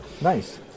Nice